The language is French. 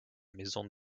maison